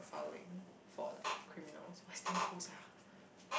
profiling for like criminals !wah! it's damn cool sia